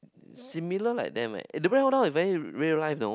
similar like them eh the brand one now very real life know